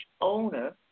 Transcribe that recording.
owner